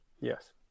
Yes